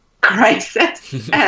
crisis